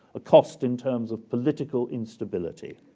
a cost in terms of political instability.